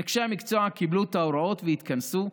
אנשי המקצוע קיבלו את ההוראות והתכנסו,